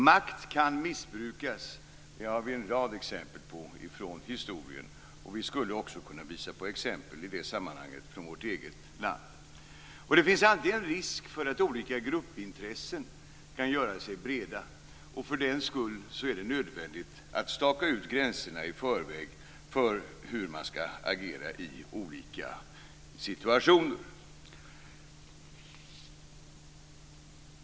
Makt kan missbrukas. Det har vi en rad exempel på från historien. Vi skulle i det sammanhanget också kunna visa exempel från vårt eget land. Det finns alltid en risk för att olika gruppintressen kan göra sig breda. För den sakens skull är det nödvändigt att i förväg staka ut gränserna för hur man skall agera i olika situationer.